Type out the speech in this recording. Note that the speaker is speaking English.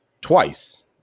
twice